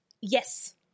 yes